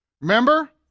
Remember